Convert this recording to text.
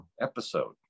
episode